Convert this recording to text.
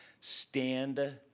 stand